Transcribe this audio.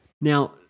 Now